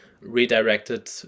redirected